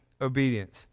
obedience